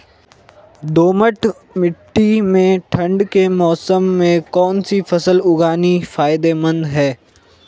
दोमट्ट मिट्टी में ठंड के मौसम में कौन सी फसल उगानी फायदेमंद है?